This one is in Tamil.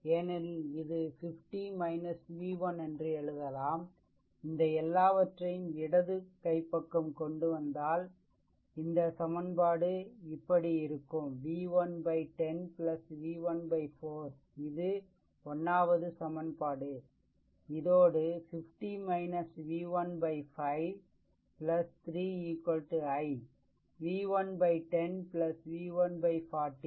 ஏனெனில் இது 50 v1என்று எழுதலாம் இந்த எல்லாவற்றையும் இடது கைப்பக்கம் கொண்டு வந்தால் இந்த சமன்பாடு இப்படி இருக்கும் v110 v1 4 இது 1 வது சமன்பாடு இதோடு 50 v1 5 3 I v1 10 v1 40